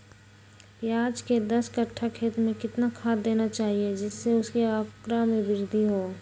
प्याज के दस कठ्ठा खेत में कितना खाद देना चाहिए जिससे उसके आंकड़ा में वृद्धि हो?